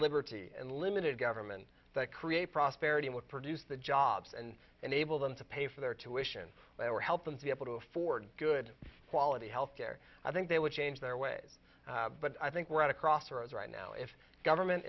liberty and limited government that create prosperity and produce the jobs and enable them to pay for their tuition by our help them to be able to afford good quality health care i think they would change their ways but i think we're at a crossroads right now if government